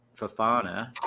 Fafana